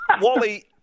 Wally